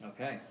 okay